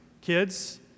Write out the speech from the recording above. Kids